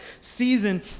season